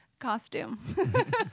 Costume